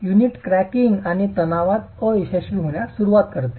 unit cracking आणि तणावात अयशस्वी होण्यास सुरवात करते